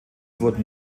wurden